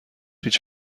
هیچ